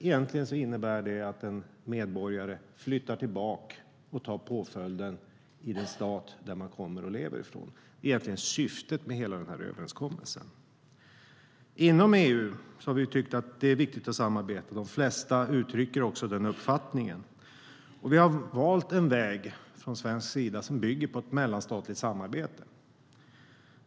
Egentligen innebär det att en medborgare flyttar tillbaka och tar påföljden i den stat som medborgaren kommer från och lever i. Det är egentligen syftet med hela överenskommelsen. Inom EU har vi tyckt att det är viktigt att samarbeta. De flesta uttrycker också den uppfattningen. Från svensk sida har vi valt en väg som bygger på ett mellanstatligt samarbete.